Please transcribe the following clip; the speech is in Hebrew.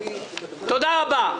תודה רבה.